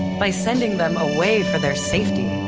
by sending them away for their safety.